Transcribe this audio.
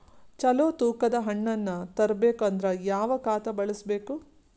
ಚಲೋ ತೂಕ ದ ಹಣ್ಣನ್ನು ಬರಬೇಕು ಅಂದರ ಯಾವ ಖಾತಾ ಬಳಸಬೇಕು?